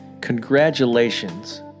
congratulations